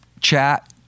chat